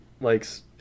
likes